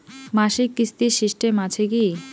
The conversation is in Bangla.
মাসিক কিস্তির সিস্টেম আছে কি?